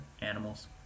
animals